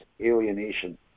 alienation